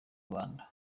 rwanda